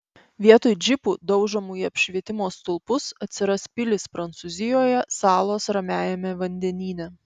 vietoj džipų daužomų į apšvietimo stulpus atsiras pilys prancūzijoje salos ramiajame vandenyne